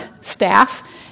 staff